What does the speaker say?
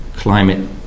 climate